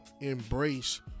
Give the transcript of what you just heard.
embrace